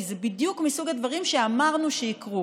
כי זה בדיוק מסוג הדברים שאמרנו שיקרו.